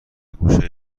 گوشه